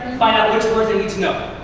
find out which words they need to know.